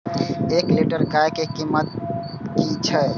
एक लीटर गाय के कीमत कि छै?